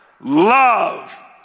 love